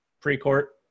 pre-court